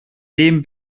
dem